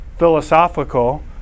philosophical